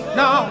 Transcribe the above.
no